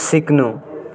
सिक्नु